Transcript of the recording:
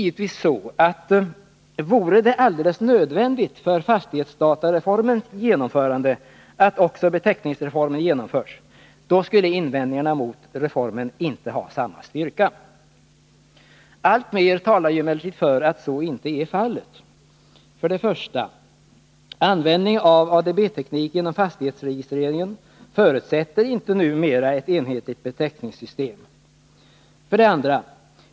Vore det alldeles nödvändigt för fastighetsdatareformens genomförande att också beteckningsreformen genomförs, då skulle givetvis inte invändningarna mot reformen ha samma styrka. Alltmer talar emellertid för att så inte är fallet: 1. Användning av ADB-teknik inom fastighetsregistreringen förutsätter inte numera ett enhetligt beteckningssystem. 2.